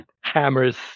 hammers